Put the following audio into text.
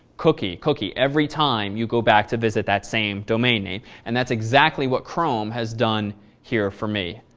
cookie, cookie every time you go back to visit that same domain name. and that's exactly what chrome has done here for me.